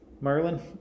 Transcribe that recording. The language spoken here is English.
merlin